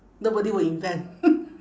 nobody will invent